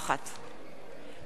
מנחם אליעזר מוזס,